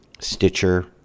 Stitcher